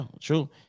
true